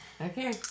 Okay